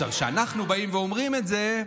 כשאנחנו באים ואומרים את זה,